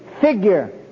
figure